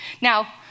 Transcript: Now